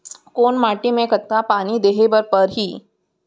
कोन माटी म कतका पानी देहे बर परहि?